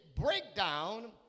breakdown